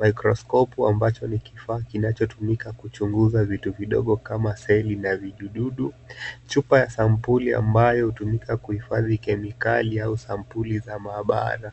microscopu ambacho ni kifaa kinachotumika kuchunguza vitu vidogo kama seli na vidudu. Chupa ya sampuli ambayo hutumika kuhifadhi kemikali au sampuli za maabara.